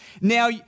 Now